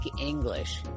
English